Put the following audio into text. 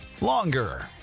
longer